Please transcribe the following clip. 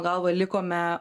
galva likome